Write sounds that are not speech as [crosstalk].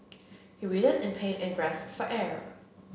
he [unintelligible] in pain and grasped for air